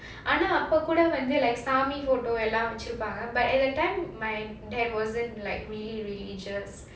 ஆனா அப்போ கூட வந்து சாமி:aanaa appo kuda vandhu sami photo லாம் வெச்சிருப்பாங்க:laam vechiripaanga but at that time my dad wasn't like really religious